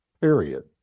period